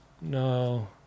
No